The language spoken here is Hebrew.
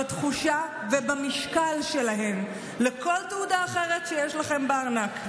בתחושה ובמשקל שלהן לכל תעודה אחרת שיש לכם בארנק,